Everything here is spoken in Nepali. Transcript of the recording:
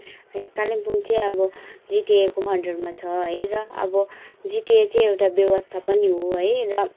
कालिम्पोङ चाहिँ अब जिटिएको अन्डरमा छ है र अब जिटिए चाहिँ एउटा व्यवस्था पनि हो है र